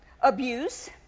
abuse